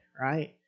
right